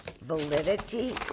Validity